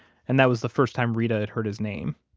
and that was the first time reta had heard his name